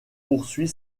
poursuit